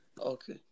Okay